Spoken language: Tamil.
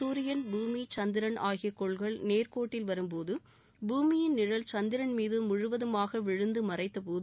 சூரியன் பூமி சந்திரன் ஆகிய கோள்கள் நேர்கோட்டில் வரும்போது பூமியின் நிழல் சந்திரன்மீது முழுவதுமாக விழுந்து மறைத்தபோது